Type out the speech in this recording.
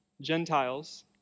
Gentiles